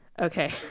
okay